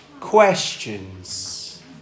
Questions